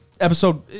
episode